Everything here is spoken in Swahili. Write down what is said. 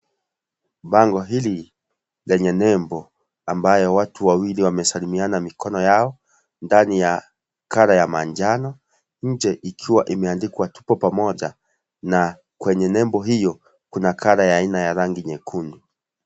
Bango hili, lenye nembo ambayo watu wawili wamesalimiana mikono yao, ndani ya colour ya manjano nje ikiwa imeandikwa tuko pamoja na kwenye nembo hiyo kuna colour ya aina ya rangi nyekundu.